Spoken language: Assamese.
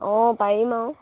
অঁ পাৰিম আৰু